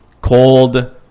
cold